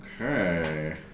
Okay